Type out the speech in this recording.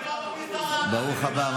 ברוך הבא.